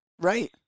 Right